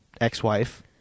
ex-wife